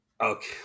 Okay